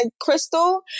Crystal